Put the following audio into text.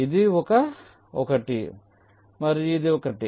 ఇది ఒకటి మరియు ఇది ఒకటి